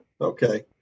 Okay